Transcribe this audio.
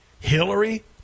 Hillary